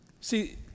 See